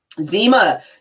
Zima